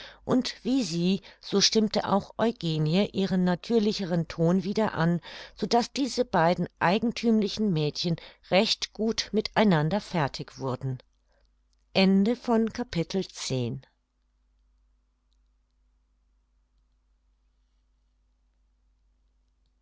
und wie sie so stimmte auch eugenie ihren natürlicheren ton wieder an so daß diese beiden eigenthümlichen mädchen recht gut mit einander fertig wurden